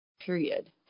period